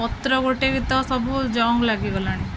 ପତ୍ର ଗୋଟେବି ତ ସବୁ ଜଙ୍କ୍ ଲାଗି ଗଲାଣି